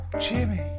Jimmy